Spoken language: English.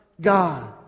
God